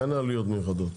אין עלויות מיוחדות.